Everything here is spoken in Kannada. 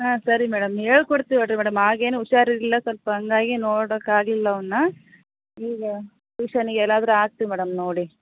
ಹಾಂ ಸರಿ ಮೇಡಮ್ ಹೇಳ್ಕೊಡ್ತೀವಿ ನೋಡಿರಿ ಮೇಡಮ್ ಆಗೇನೋ ಹುಷಾರಿರಲಿಲ್ಲ ಸ್ವಲ್ಪ ಹಾಗಾಗಿ ನೋಡೊಕ್ಕಾಗ್ಲಿಲ್ಲ ಅವನನ್ನ ಈಗ ಟ್ಯೂಷನಿಗೆಲ್ಲಾದರೂ ಹಾಕ್ತೀವಿ ಮೇಡಮ್ ನೋಡಿ